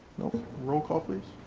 no, roll call please.